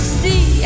see